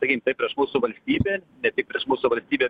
sakykim tai prieš mūsų valstybę ne tik prieš mūsų valstybę